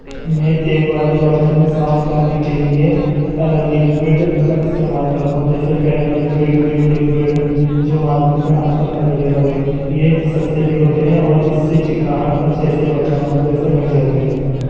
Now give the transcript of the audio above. میں تیل والے برتن صاف کرنے کے لیے لِکوِڈ کا استعمال کرتا ہوں جیسے فینا لکوڈ ویم لکوڈ جو مارکٹ میں آج کل اویلیبل ہے یہ سستے بھی ہوتے ہیں اور اس سے چکناہٹ اچھے سے برتنوں پہ سے ہٹ جاتی ہے